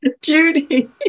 Judy